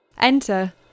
Enter